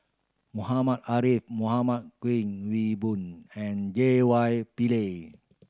Muhammad Ariff Muhammad Kuik Swee Boon and J Y Pillay